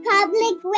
Public